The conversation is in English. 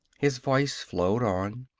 his voice flowed on.